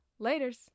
Laters